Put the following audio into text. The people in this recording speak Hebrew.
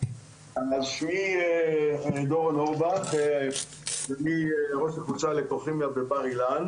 שמי דורון אורבך, אני ראש מרכז בר אילן